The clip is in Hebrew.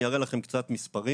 אני אראה לכם קצת מספרים.